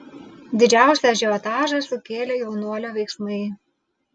didžiausią ažiotažą sukėlė jaunuolio veiksmai